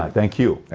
thank you